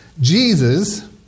Jesus